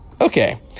Okay